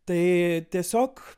tai tiesiog